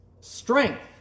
strength